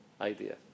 idea